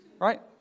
Right